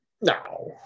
no